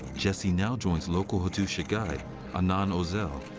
jesse now joins local hattusha guide anan ozel.